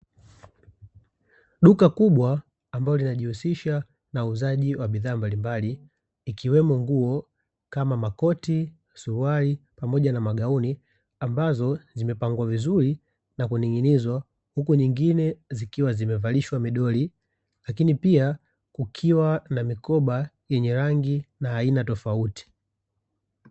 Duka kubwa ambalo linajihusisha na uuzaji wa bidhaa mbalimbali, ikiwemo nguo kama makoti, suruali pamoja na magauni, ambazo zimepangwa vizuri na kuning’inizwa huku nyingine zikiwa zimevalishwa midoli, lakini pia kukiwa na mikoba yenye rangi na aina tofauti.